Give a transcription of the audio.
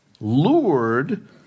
lured